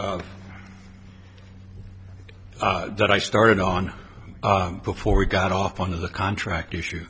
issue that i started on before we got off on the contract issue